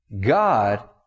God